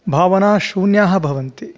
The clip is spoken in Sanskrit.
भावना शून्या भवन्ति